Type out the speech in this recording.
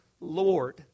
Lord